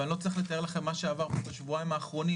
ואני לא צריך לתאר לכם מה שעבר פה בשבועיים האחרונים,